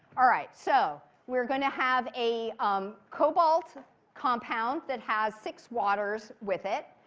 all right, so, we're going to have a um cobalt compound that has six waters with it.